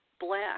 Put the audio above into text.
Black